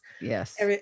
yes